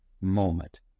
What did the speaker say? moment